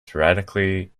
sporadically